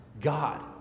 God